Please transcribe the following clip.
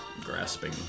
Grasping